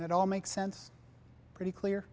it all makes sense pretty clear